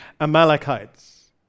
Amalekites